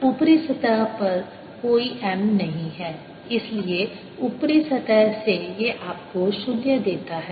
अब ऊपरी सतह पर कोई M नहीं है इसलिए ऊपरी सतह से यह आपको 0 देता है